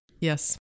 Yes